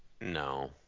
No